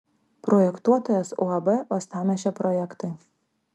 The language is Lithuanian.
projektuotojas uab uostamiesčio projektai